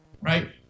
right